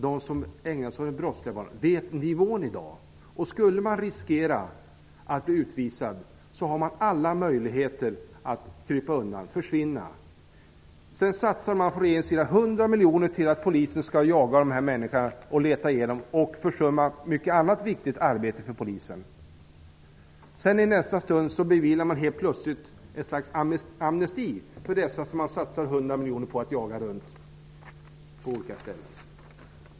De som ägnar sig åt brottslighet känner till nivån i dag. Om de skulle riskera att bli utvisade har de alla möjligheter att krypa undan och försvinna. Regeringen satsar 100 miljoner för att polisen skall jaga dessa människor. Därmed försummas mycket annat viktigt arbete för polisen. I nästa stund beviljas plötsligt ett slags amnesti för dessa som man satsar 100 miljoner på att jaga runt på olika ställen.